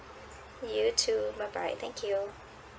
you too bye bye thank you